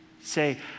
Say